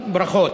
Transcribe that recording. ברכות.